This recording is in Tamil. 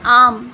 ஆம்